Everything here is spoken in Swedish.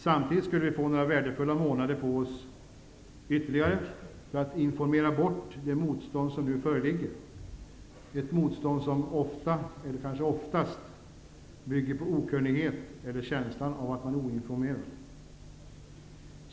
Samtidigt skulle vi få ytterligare några värdefulla månader på oss för att informera bort det motstånd som nu föreligger -- ett motstånd som ofta, eller kanske oftast, beror på okunnighet eller känslan av att man är oinformerad.